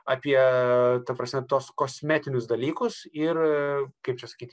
apie ta prasme tuos kosmetinius dalykus ir kaip čia sakyti